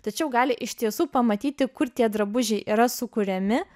tačiau gali iš tiesų pamatyti kur tie drabužiai yra sukuriami